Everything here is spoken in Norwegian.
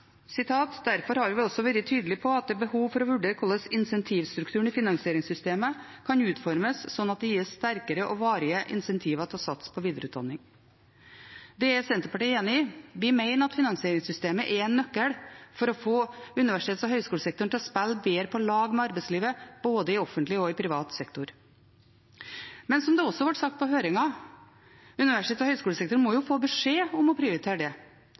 vært tydelige på det er behov for å vurdere hvordan insentivstrukturen i finansieringssystemet kan utformes slik at det gir sterkere og varige insentiver til å satse på videreutdanning». Det er Senterpartiet enig i. Vi mener at finansieringssystemet er en nøkkel for å få universitets- og høyskolesektoren til å spille bedre på lag med arbeidslivet både i offentlig og i privat sektor. Men som det også ble sagt i høringen, må universitets- og høyskolesektoren få beskjed om å prioritere det.